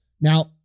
Now